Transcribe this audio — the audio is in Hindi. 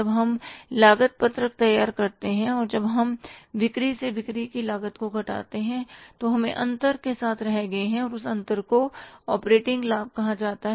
जब हम लागत पत्रक तैयार करते हैं और जब हम बिक्री से बिक्री की लागत को घटाते हैं तो हमें अंतर के साथ रह गए थे और उस अंतर को ऑपरेटिंग लाभ कहा जाता है